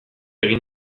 egin